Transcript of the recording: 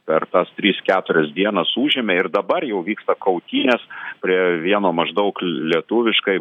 per tas tris keturias dienas užėmė ir dabar jau vyksta kautynės prie vieno maždaug lietuviškai